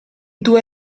due